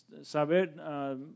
saber